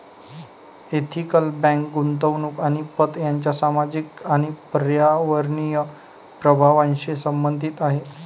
ethical bank गुंतवणूक आणि पत यांच्या सामाजिक आणि पर्यावरणीय प्रभावांशी संबंधित आहे